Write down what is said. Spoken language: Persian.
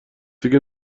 دیگه